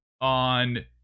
On